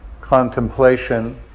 contemplation